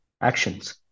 actions